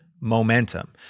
momentum